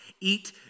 eat